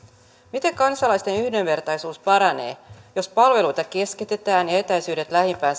miten kansalaisten yhdenvertaisuus paranee jos palveluita keskitetään ja etäisyydet lähimpään